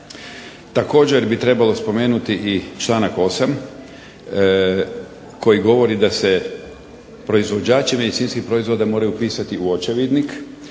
Također bi trebalo spomenuti i članak 8. koji govori da se proizvođači medicinskih proizvoda moraju upisati u očevidnik,